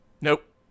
Nope